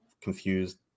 confused